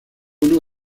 uno